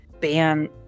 ban